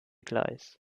gleis